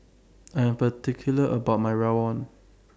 I Am particular about My Rawon